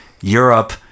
Europe